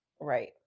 Right